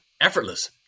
effortless